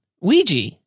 Ouija